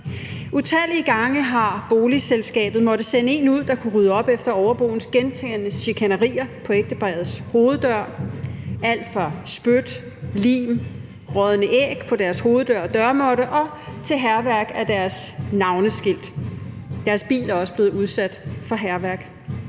Utallige gange har boligselskabet måtte sende en ud, der kunne rydde op efter overboens gentagne chikanerier på ægteparrets hoveddør. Det har været alt fra spyt, lim og rådne æg på deres hoveddør og dørmåtte til hærværk af deres navneskilt. Deres bil er også blevet udsat for hærværk.